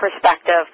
perspective